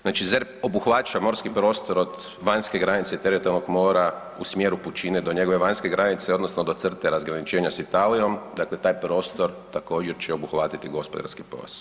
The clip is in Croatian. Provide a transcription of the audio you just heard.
Znači ZERP obuhvaća morski prostor od vanjske granice teritorijalnog mora u smjeru pučine do njegove vanjske granice odnosno do crte razgraničenja s Italijom, dakle taj prostor također će obuhvatiti gospodarski pojas.